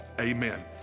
Amen